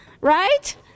Right